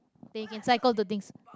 they can cycle to things